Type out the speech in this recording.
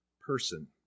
person